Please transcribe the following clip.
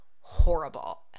horrible